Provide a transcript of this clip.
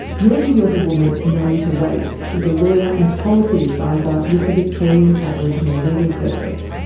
yorta yorta woman nerita waight is a lawyer and policy advisor with the victorian aboriginal legal service.